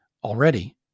already